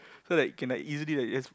so like can like easily like just